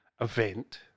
event